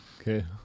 Okay